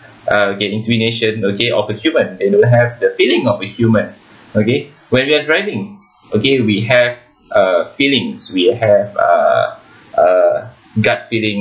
uh okay intuition of a human they don't have the feeling of a human okay when we're driving okay we have uh feelings we have uh gut feeling